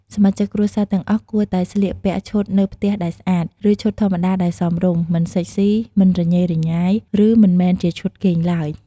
សមាជិកគ្រួសារទាំងអស់ គួរតែស្លៀកពាក់ឈុតនៅផ្ទះដែលស្អាត ឬឈុតធម្មតាដែលសមរម្យ មិនសិចស៊ី មិនរញ៉េរញ៉ៃ ឬមិនមែនជាឈុតគេងឡើយ។